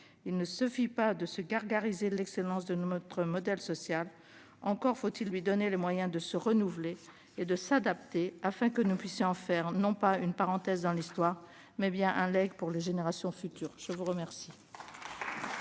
il ne suffit pas de se gargariser de l'excellence de notre modèle social ; encore faut-il lui donner les moyens de se renouveler et de s'adapter afin que nous puissions en faire non pas une parenthèse dans l'histoire, mais bien un legs pour les générations futures. Nous passons